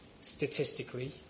statistically